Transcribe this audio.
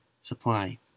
supply